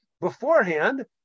beforehand